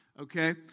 okay